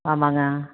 ஆமாங்க